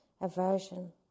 aversion